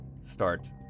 start